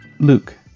Luke